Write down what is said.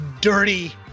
dirty